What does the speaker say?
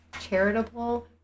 charitable